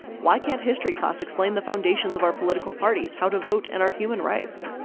why can't history class explain the foundations of our political parties, how to vote and our human rights?